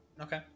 okay